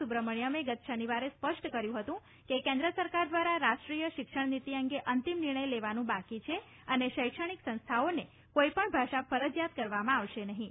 સુબ્રમણ્યમે ગત શનિવારે સ્પષ્ટ કર્યું હતું કે કેન્દ્ર સરકાર દ્વારા રાષ્ટ્રીય શિક્ષણ નીતિ અંગે અંતિમ નિર્ણય લેવાનું બાકી છે અને શૈક્ષણિક સંસ્થાઓને કોઈપણ ભાષા ફરજિયાત કરવામાં આવશે નહીં